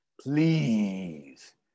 Please